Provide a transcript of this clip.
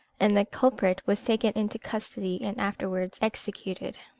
and the culprit was taken into custody and afterwards executed.